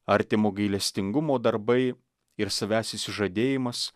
artimo gailestingumo darbai ir savęs išsižadėjimas